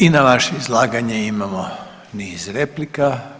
I na vaše izlaganje imamo niz replika.